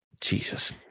Jesus